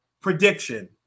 prediction